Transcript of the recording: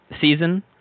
season